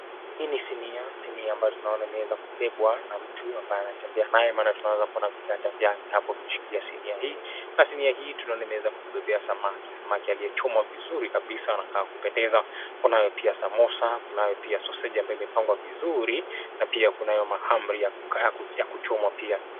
Hii ni sinia. Sinia ambayo tunaona imeweza kubebwa na mtu ambaye anatembea naye, maana tunaweza kuona viganja vyake hapo vimeshikilia sinia hii. Na sinia hii tunaona imeweza kukubebea samaki. Samaki aliyechomwa vizuri kabisa anakaa wa kupendeza. Kunayo pia samosa, kunayo pia soseji ambayo imepangwa vizuri na pia kunayo mahamri ya kuchomwa pia.